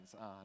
on